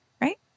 Right